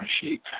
sheep